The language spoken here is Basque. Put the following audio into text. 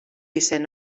izen